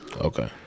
Okay